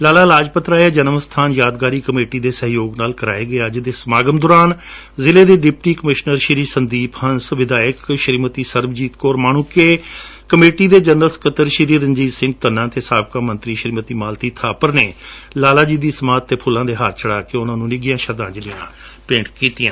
ਲਾਲਾ ਲਾਜਪਤ ਰਾਏ ਜਨਮਸਬਾਨ ਯਾਦਗਾਰੀ ਕਮੇਟੀ ਦੇ ਸਹਿਯੋਗ ਨਾਲ ਕਰਵਾਏ ਗਏ ਅੱਜ ਦੇ ਸਮਾਗਮ ਦੌਰਾਨ ਜਿਲੇ ਦੇ ਡਿਪਟੀ ਕਮਿਸ਼ਨਰ ਸ੍ਰੀ ਸੰਦੀਪ ਹੰਸ ਵਿਧਾਇਕ ਸ੍ਰੀਮਤੀ ਸਰਬਜੀਤ ਕੌਰ ਮਾਣਕੇ ਕਮੇਟੀ ਦੇ ਜਨਰਲ ਸਕੱਤਰ ਸ੍ਸੀ ਰੰਜੀਤ ਸਿੰਘ ਧੰਨਾ ਅਤੇ ਸਾਬਕਾ ਮੰਤਰੀ ਸ੍ਸੀਮਤੀ ਮਾਲਤੀ ਬਾਪਰ ਨੇ ਲਾਲਾ ਜੀ ਦੀ ਸਮਾਧੀ ਤੇ ਫੁੱਲਾਂ ਦੇ ਹਾਰ ਚੜਾ ਕੇ ਉਨਾਂ ਨੰ ਨਿੱਘੀਆਂ ਸ਼ਰਧਾਂਜਲੀਆਂ ਭੇਂਟ ਕੀਤੀਆਂ